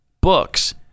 books